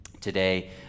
today